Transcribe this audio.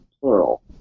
plural